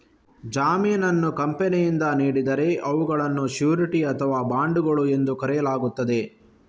ಜಾಮೀನನ್ನು ಕಂಪನಿಯಿಂದ ನೀಡಿದರೆ ಅವುಗಳನ್ನು ಶ್ಯೂರಿಟಿ ಅಥವಾ ಬಾಂಡುಗಳು ಎಂದು ಕರೆಯಲಾಗುತ್ತದೆ